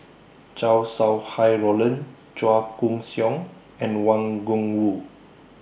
Chow Sau Hai Roland Chua Koon Siong and Wang Gungwu